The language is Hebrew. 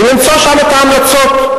ולמצוא שם את ההמלצות.